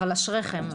אבל אשריכם,